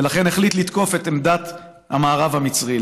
ולכן החליט לתקוף את עמדת המארב המצרי.